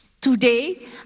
Today